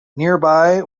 nearby